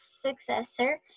successor